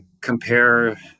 compare